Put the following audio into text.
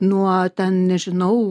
nuo ten nežinau